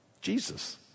Jesus